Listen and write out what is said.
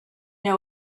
know